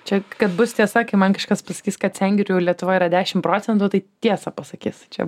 čia kad bus tiesa kai man kažkas pasakys kad sengirių lietuvoj yra dešim procentų tai tiesą pasakys čia